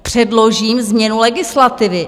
Předložím změnu legislativy.